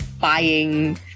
buying